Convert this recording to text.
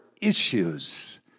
issues